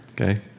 Okay